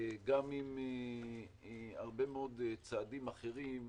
גם עם הרבה מאוד צעדים אחרים,